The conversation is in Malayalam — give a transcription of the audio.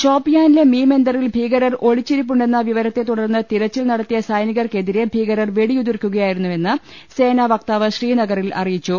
ഷോപ്പിയാനിലെ മീമെന്ദറിൽ ഭീകരർ ഒളിച്ചിരിപ്പു ണ്ടെന്ന വിവരത്തെ തുടർന്ന് തിര ച്ചിൽ നടത്തിയ സൈനികർക്കെതിരെ ഭീകരർ വെടിയുതിർക്കുകയായിരുന്നു വെന്ന് സേനാവക്താവ് ശ്രീനഗറിൽ അറിയിച്ചു